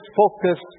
focus